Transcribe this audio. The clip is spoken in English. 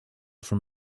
from